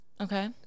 okay